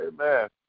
Amen